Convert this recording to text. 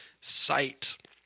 sight